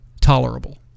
tolerable